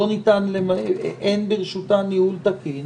אין ברשותה ניהול תקין,